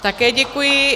Také děkuji.